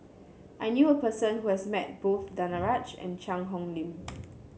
I knew a person who has met both Danaraj and Cheang Hong Lim